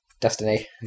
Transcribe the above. Destiny